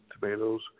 tomatoes